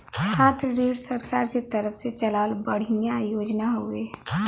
छात्र ऋण सरकार के तरफ से चलावल बढ़िया योजना हौवे